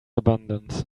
abandoned